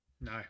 No